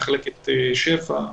מחלקת שפ"ע,